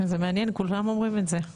זה מעניין כולם אומרים את זה.